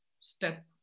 step